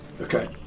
okay